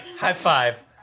high-five